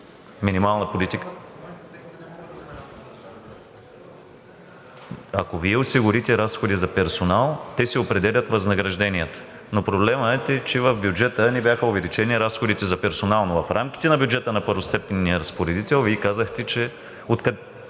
КРАСИМИР ВЪЛЧЕВ: Ако Вие осигурите разходи за персонал, те си определят възнагражденията, но проблемът е, че в бюджета не бяха увеличени разходите за персонал, но в рамките на бюджета на първостепенния разпоредител Вие казахте, че…